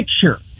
picture